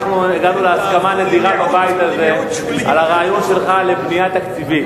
אנחנו הגענו להסכמה נדירה בבית הזה על הרעיון שלך לבנייה תקציבית.